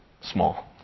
small